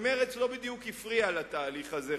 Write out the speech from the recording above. ומרצ לא בדיוק הפריעה לתהליך הזה,